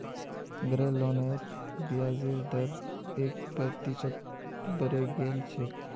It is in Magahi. गृह लोनेर ब्याजेर दर एक प्रतिशत बढ़े गेल छेक